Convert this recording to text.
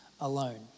alone